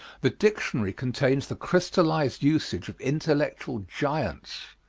the dictionary contains the crystallized usage of intellectual giants.